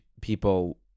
people